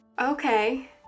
Okay